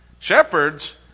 Shepherds